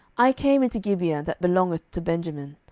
i came into gibeah that belongeth to benjamin,